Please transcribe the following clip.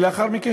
ולאחר מכן,